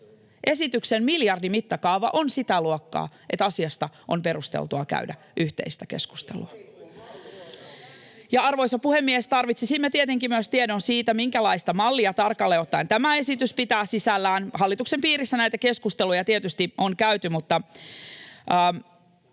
esityksen miljardimittakaava, on sitä luokkaa, että asiasta on perusteltua käydä yhteistä keskustelua. [Ben Zyskowicz: Riippuu mallista!] Ja, arvoisa puhemies, tarvitsisimme tietenkin myös tiedon siitä, minkälaista mallia tarkalleen ottaen tämä esitys pitää sisällään. Hallituksen piirissä näitä keskusteluja tietysti on käyty, mutta